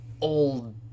old